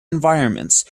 environments